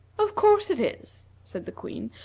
of course it is, said the queen,